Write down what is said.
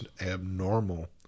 abnormal